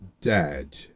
dad